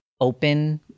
open